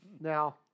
Now